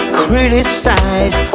criticize